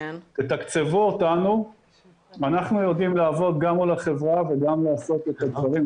תתקצבו אותנו ואנחנו יודעים לעבוד גם מול החברה וגם לעשות את הדברים,